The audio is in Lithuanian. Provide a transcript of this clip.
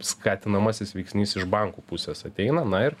skatinamasis veiksnys iš bankų pusės ateina na ir